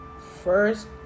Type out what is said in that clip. first